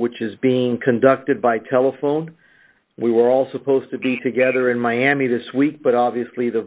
which is being conducted by telephone we were all supposed to be together in miami this week but obviously the